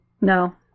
No